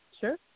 Sure